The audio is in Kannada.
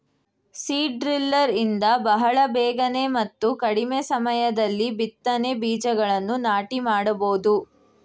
ಸೀಡ್ ಡ್ರಿಲ್ಲರ್ ಇಂದ ಬಹಳ ಬೇಗನೆ ಮತ್ತು ಕಡಿಮೆ ಸಮಯದಲ್ಲಿ ಬಿತ್ತನೆ ಬೀಜಗಳನ್ನು ನಾಟಿ ಮಾಡಬೋದು